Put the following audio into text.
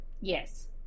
Yes